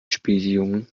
spieljungen